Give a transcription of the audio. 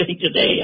today